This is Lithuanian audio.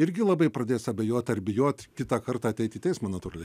irgi labai pradės abejoti ar bijot kitą kartą ateit į teismą natūraliai